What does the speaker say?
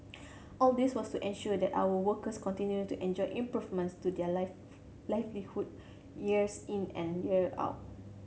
all this was to ensure that our workers continued to enjoy improvements to their life livelihood years in and year out